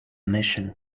mission